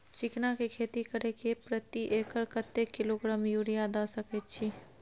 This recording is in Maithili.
चिकना के खेती करे से प्रति एकर कतेक किलोग्राम यूरिया द सके छी?